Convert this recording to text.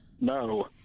No